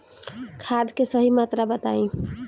खाद के सही मात्रा बताई?